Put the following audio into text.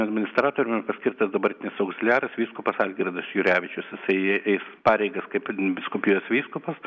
administratoriumi paskirtas dabartinis augziliaras vyskupas algirdas jurevičius jisai eis pareigas kaip vyskupijos vyskupas